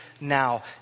now